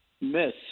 miss